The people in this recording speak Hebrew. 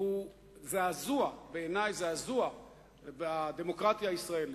הוא זעזוע בעיני, זעזוע בדמוקרטיה הישראלית.